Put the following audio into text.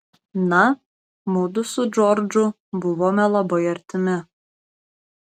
na mudu su džordžu buvome labai artimi